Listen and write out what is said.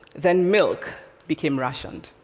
then milk became rationed.